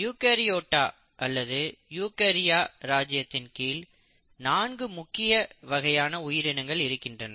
Eukaryota அல்லது Eukarya ராஜ்யத்தின் கீழ் நான்கு முக்கிய வகையான உயிரினங்கள் இருக்கின்றன